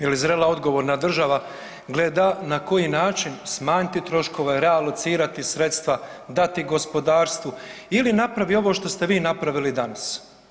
Je li zrela odgovorna država gleda na koji način smanjiti troškove, realocirati sredstva, dati gospodarstvu ili napravi ovo što ste vi napravili danas?